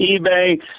eBay